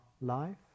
life